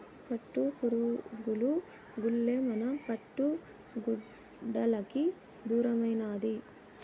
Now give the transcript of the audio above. పట్టుపురుగులు గూల్లే మన పట్టు గుడ్డలకి దారమైనాది